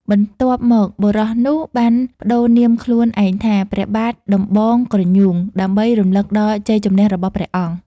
បន្ទាប់មក បុរសនោះបានប្តូរនាមខ្លួនឯងថា ព្រះបាទដំបងក្រញូង ដើម្បីរំលឹកដល់ជ័យជម្នះរបស់ព្រះអង្គ ។